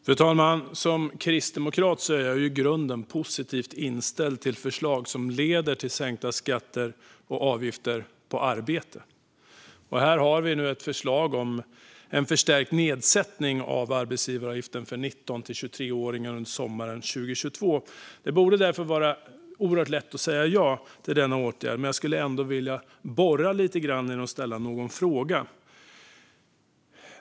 Fru talman! Som kristdemokrat är jag i grunden positivt inställd till förslag som leder till sänkta skatter och avgifter på arbete, och här har vi nu ett förslag om en förstärkt nedsättning av arbetsgivaravgifter för 19-23-åringar under sommaren 2022. Det borde därför vara lätt att säga ja till denna åtgärd, men jag vill ändå borra lite i det och ställa ett par frågor.